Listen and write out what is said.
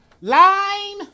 Line